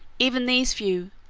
even these few,